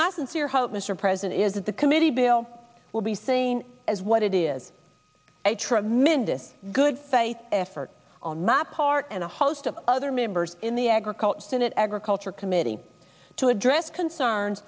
my sincere hope mr president is that the committee bill will be seen as what it is a tremendous good faith effort on my hart and a host of other members in the agriculture senate agriculture committee to address concerns